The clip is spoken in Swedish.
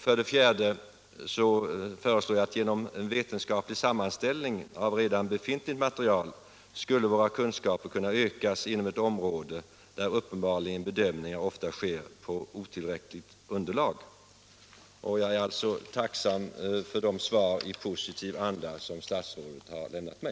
För det fjärde skulle, genom en vetenskaplig sammanställning av redan befintligt material, våra kunskaper kunna ökas inom ett område där bedömningar uppenbarligen ofta sker på otillräckligt underlag. Jag är alltså tacksam för de svar i positiv anda som statsrådet lämnat mig.